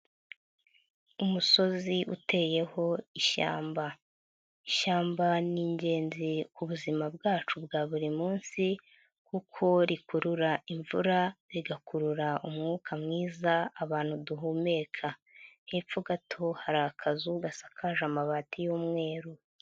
Umusozi uteyeho ishyamba, ishyamba nigenzi kubuzima bwacu bwa buri munsi kuko rikurura imvura, rigakurura umwuka mwiza abantu duhumeka, hepfo gato hari akazu gasakaje amabati y'umweru.